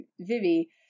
Vivi